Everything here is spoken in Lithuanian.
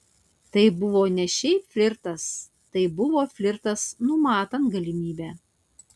tai buvo ne šiaip flirtas tai buvo flirtas numatant galimybę